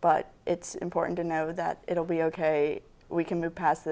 but it's important to know that it will be ok we can move pas